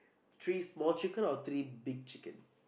three small chicken or three big chicken